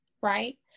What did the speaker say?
right